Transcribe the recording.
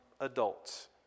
adults